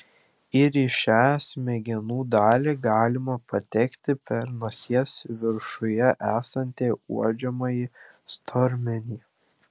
ir į šią smegenų dalį galima patekti per nosies viršuje esantį uodžiamąjį stormenį